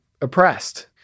oppressed